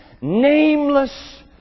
nameless